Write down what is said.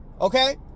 okay